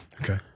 Okay